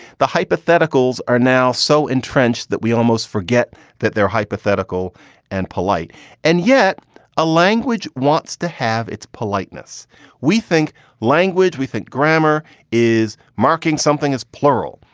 the hypotheticals are now so entrenched that we almost forget that their hypothetical and polite and yet a language wants to have its politeness we think language, we think grammar is marking. something is plural.